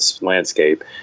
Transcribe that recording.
landscape